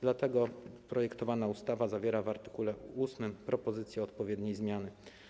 Dlatego projektowana ustawa zawiera w art. 8 propozycję odpowiedniej zmiany.